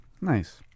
Nice